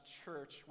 church